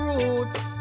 Roots